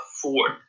afford